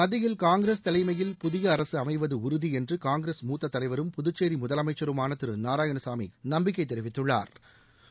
மத்தியில் காங்கிரஸ் தலைமையில் புதிய அரசு அமைவது உறுதி என்று காங்கிரஸ் மூத்த தலைவரும் புதுச்சேரி முதலமைச்சருமான திரு நாராயணசாமி நம்பிக்கை தெரிவித்திருக்கிறாா்